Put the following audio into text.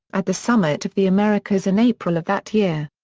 at the summit of the americas in april of that year.